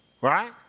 Right